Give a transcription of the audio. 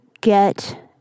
get